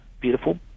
beautiful